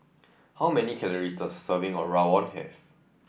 how many calorie does serving of Rawon have